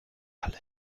alle